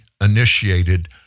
initiated